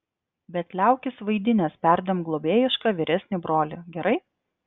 bet liaukis vaidinęs perdėm globėjišką vyresnį brolį gerai